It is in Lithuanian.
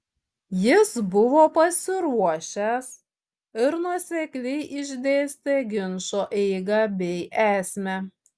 jis buvo pasiruošęs ir nuosekliai išdėstė ginčo eigą bei esmę